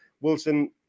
Wilson